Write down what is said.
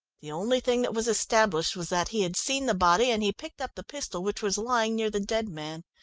the only thing that was established was that he had seen the body and he picked up the pistol which was lying near the dead man.